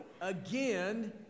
again